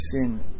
sin